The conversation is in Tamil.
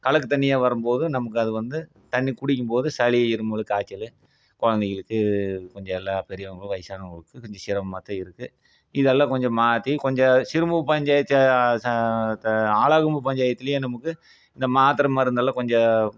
கலக்கு தண்ணியாக வரும் போது நமக்கு அது வந்து தண்ணி குடிக்கும் போது சளி இருமல் காய்ச்சலு குழந்தைகளுக்கு கொஞ்சம் எல்லா பெரியவர்களும் வயதானவங்களுக்கு கொஞ்சம் சிரமமாத்தான் இருக்குது இதெல்லாம் கொஞ்சம் மாற்றி கொஞ்சம் சிறுமுகை பஞ்சாயத்தை ஆலாங்கொம்பு பஞ்சாயத்துலேயும் நமக்கு இந்த மாத்திர மருந்தெல்லாம் கொஞ்சம்